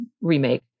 remake